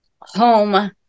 home